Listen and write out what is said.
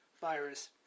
virus